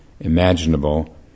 imaginable